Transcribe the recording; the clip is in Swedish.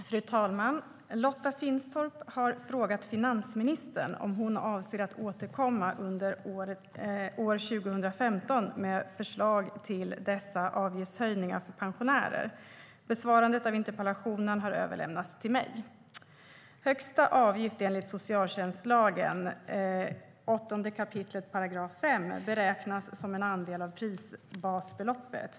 Fru talman! Lotta Finstorp har frågat finansministern om hon avser att återkomma under året 2015 med förslag till dessa avgiftshöjningar för pensionärer. Besvarandet av interpellationen har överlämnats till mig. Högsta avgift enligt socialtjänstlagen 8 kap. 5 § beräknas som en andel av prisbasbeloppet.